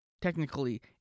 technically